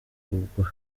ubwo